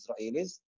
Israelis